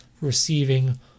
receiving